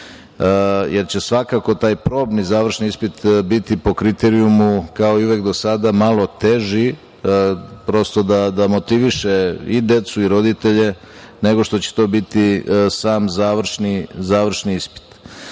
jer će svakako taj probni završni ispit biti po kriterijumu kao i uvek do sada malo teži, prosto da motiviše i decu i roditelje, nego što će to biti sam završni ispit. Ono